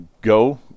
go